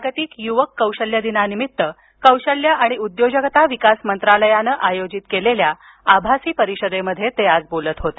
जागतिक युवक कौशल्य दिनानिमित्त कौशल्य आणि उद्योजकता विकास मंत्रालयानं आयोजित केलेल्या आभासी परिषदेत ते बोलत होते